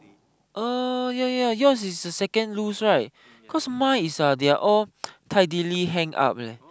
oh ya ya ya yours is the second loose right my is uh they are all tidily hang up leh